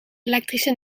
elektrische